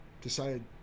decided